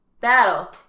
Battle